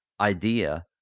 idea